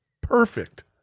perfect